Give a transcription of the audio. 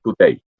today